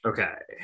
Okay